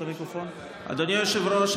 אדוני היושב-ראש,